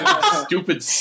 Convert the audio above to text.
stupid